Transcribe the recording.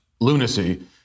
lunacy